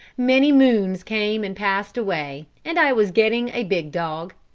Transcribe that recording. many moons came and passed away, and i was getting a big dog.